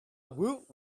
woot